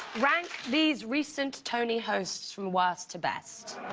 rank these recent tony host from worst to best.